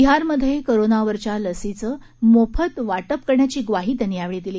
बिहार मध्ये कोरोंना वरील लसीच मोफत वाटप करण्याची ग्वाही त्यांनी यावेळी दिली